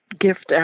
gift